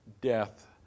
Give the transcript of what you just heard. death